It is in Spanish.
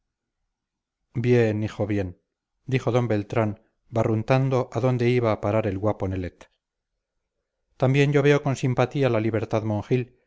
bien hijo bien dijo d beltrán barruntando a dónde iba a parar el guapo nelet también yo veo con simpatía la libertad monjil